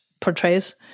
portrays